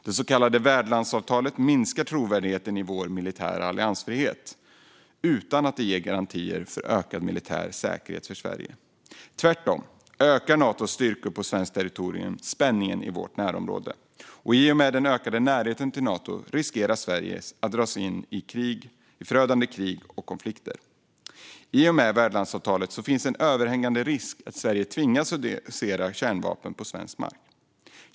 Det så kallade värdlandsavtalet minskar trovärdigheten i vår militära alliansfrihet utan att ge garantier för en ökad militär säkerhet för Sverige. Tvärtom ökar Natostyrkor på svenskt territorium spänningen i vårt närområde. I och med den ökade närheten till Nato riskerar Sverige att dras in i förödande krig och konflikter. I och med värdlandsavtalet finns en överhängande risk att Sverige tvingas hysa kärnvapen på svensk mark.